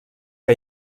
que